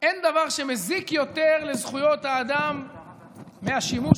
אין דבר שמזיק יותר לזכויות האדם מהשימוש